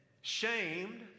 shamed